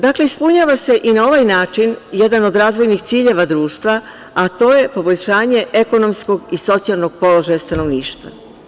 Dakle, ispunjava se, i na ovaj način jedan od razvojnih ciljeva društva, a to je poboljšanje ekonomskog i socijalnog položaja stanovništva.